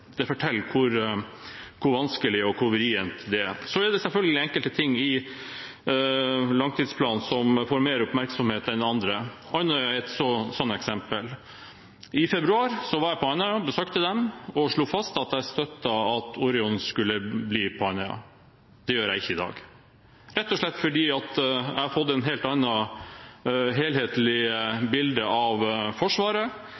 Det forteller hvor vanskelig og vrient det er. Det er selvfølgelig enkelte ting i langtidsplanen som får mer oppmerksomhet enn andre. Andøya er et sånt eksempel. I februar var jeg på Andøya og besøkte dem, og slo fast at jeg støttet at Orion skulle bli på Andøya. Det gjør jeg ikke i dag – rett og slett fordi jeg har fått et helt